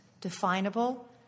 definable